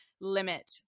limit